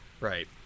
Right